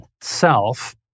self